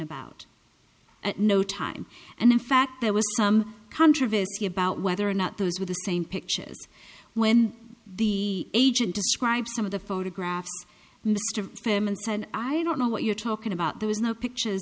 at no time and in fact there was some controversy about whether or not those were the same pictures when the agent describes some of the photographs mr clement said i don't know what you're talking about there is no pictures